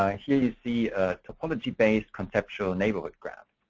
um here you see a topology based conceptual neighborhood graph.